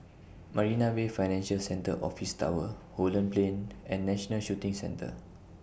Marina Bay Financial Centre Office Tower Holland Plain and National Shooting Centre